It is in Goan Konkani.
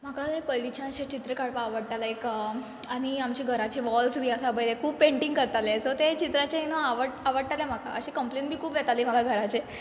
म्हाका हें पयलींच्यान अशें चित्र काडपा आवडटा लायक आनी आमचे घराचे वॉल्स बी आसा पय ते खूब पेंटींग करतालें सो तें चित्राचें न्हू आवड आवडटालें म्हाका अशें कम्प्लेन बी खूब येताली म्हाका घराचे